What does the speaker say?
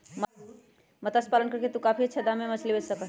मत्स्य पालन करके तू काफी अच्छा दाम में मछली बेच सका ही